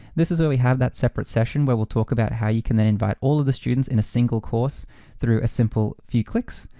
this is where we have that separate session where we'll talk about how you can then invite all of the students in a single course through a simple few clicks.